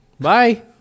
bye